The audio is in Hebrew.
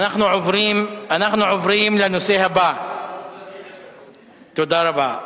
תודה רבה.